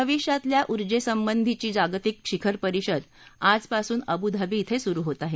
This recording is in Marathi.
भविष्यातील ऊर्जेसंबंधी जागतिक शिखर परिषद आजपासून अबुधाबी इथं सुरु होत आहे